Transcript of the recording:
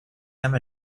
them